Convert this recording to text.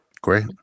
Great